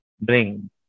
bring